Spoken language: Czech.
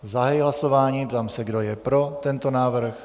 Zahajuji hlasování, ptám se, kdo je pro tento návrh.